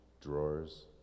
drawers